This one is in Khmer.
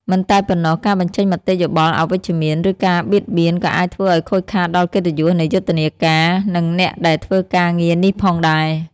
មិនតែប៉ុណ្ណោះ ការបញ្ចេញមតិយោបល់អវិជ្ជមាន ឬការបៀតបៀនក៏អាចធ្វើឲ្យខូចខាតដល់កិត្តិយសនៃយុទ្ធនាការ និងអ្នកដែលធ្វើការងារនេះផងដែរ។